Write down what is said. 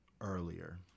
earlier